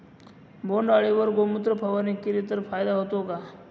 बोंडअळीवर गोमूत्र फवारणी केली तर फायदा होतो का?